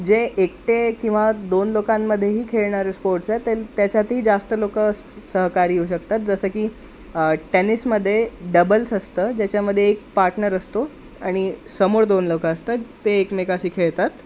जे एकटे किंवा दोन लोकांमध्येही खेळणारे स्पोर्ट्स आहेत तेल त्याच्यात जास्त लोक सहकार घेऊ शकतात जसं की टेनिसमध्ये डबल्स असतं ज्याच्यामध्ये एक पार्टनर असतो आणि समोर दोन लोक असतात ते एकमेकांशी खेळतात